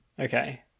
Okay